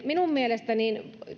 minun mielestäni